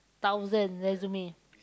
thousand resume